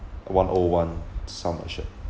a one on one sum of insured